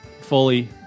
fully